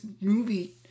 movie